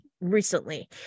recently